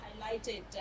highlighted